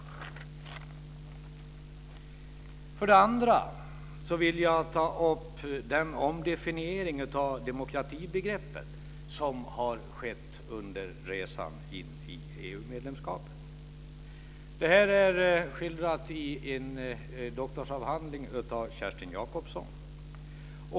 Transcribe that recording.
För det andra vill jag ta upp den omdefiniering av demokratibegreppet som har skett under resan in i EU-medlemskapet. Det är skildrat i en doktorsavhandling av Kerstin Jacobsson.